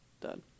done